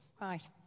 Right